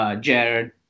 Jared